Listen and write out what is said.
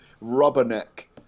rubberneck